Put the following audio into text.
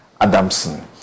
Adamson